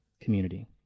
community